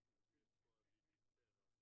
חלוקה טובה הצפון ביותר והדרום ביותר.